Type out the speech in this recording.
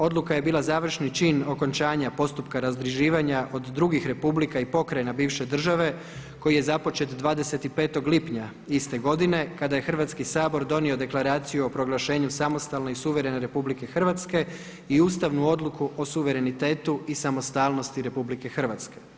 Odluka je bila završni čin okončanja postupka razdruživanja od drugih republika i pokrajina bivše države koji je započet 25. lipnja iste godine kada je Hrvatski sabor donio Deklaraciju o proglašenju samostalne u suverene RH i ustavnu odluku o suverenitetu i samostalnosti RH.